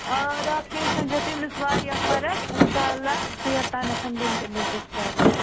آ راتھ کِہ نِش چھِ تٔمِس واریاہ فرق اِنشاء اللہ ژیر تانٮ۪تھ دِنۍ تٔمِس ڈِسچارٕج